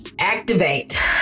activate